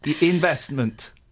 Investment